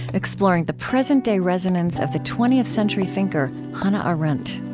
exploring the present-day resonance of the twentieth century thinker hannah arendt